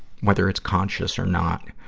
whether it's conscious or not.